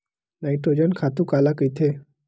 Nitrogen खातु काला कहिथे?